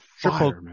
triple